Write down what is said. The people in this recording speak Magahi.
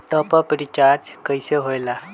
टाँप अप रिचार्ज कइसे होएला?